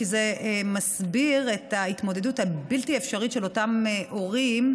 כי זה מסביר את ההתמודדות הבלתי-אפשרית של אותם הורים,